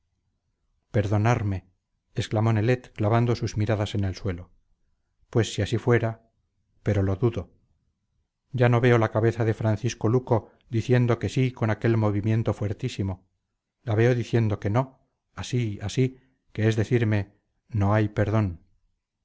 perdonarme exclamó nelet clavando sus miradas en el suelo pues si así fuera pero lo dudo ya no veo la cabeza de francisco luco diciendo que sí con aquel movimiento fuertísimo la veo diciendo que no así así que es decirme no hay perdón